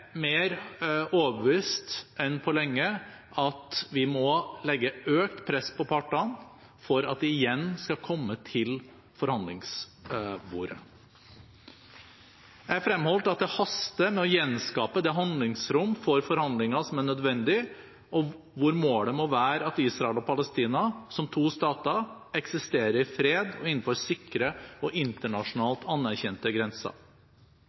mer overbevist enn på lenge om at vi må legge økt press på partene for at de igjen skal komme til forhandlingsbordet. Jeg fremholdt at det haster med å gjenskape det handlingsrom for forhandlinger som er nødvendig, hvor målet må være at Israel og Palestina, som to stater, eksisterer i fred innenfor sikre og internasjonalt anerkjente grenser.